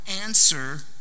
answer